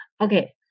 Okay